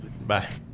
Bye